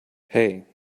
hey